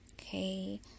Okay